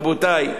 רבותי,